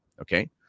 Okay